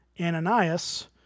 Ananias